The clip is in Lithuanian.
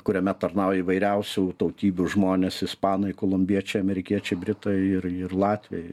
kuriame tarnauja įvairiausių tautybių žmonės ispanai kolumbiečiai amerikiečiai britai ir ir latviai